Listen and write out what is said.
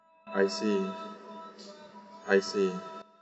I see I see